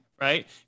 right